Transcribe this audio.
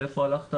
לאיפה הלכת?